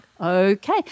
okay